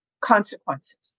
consequences